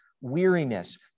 weariness